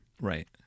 Right